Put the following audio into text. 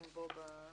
גם בו